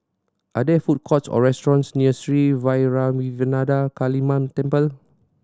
are there food courts or restaurants near Sri Vairavimada Kaliamman Temple